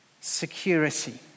security